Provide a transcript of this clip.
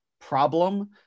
problem